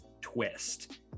twist